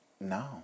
No